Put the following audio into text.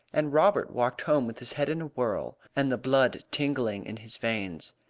and robert walked home with his head in a whirl, and the blood tingling in his veins.